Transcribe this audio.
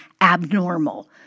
abnormal